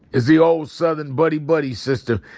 it's the old southern buddy buddy system.